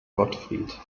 gottfried